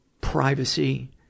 privacy